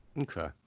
Okay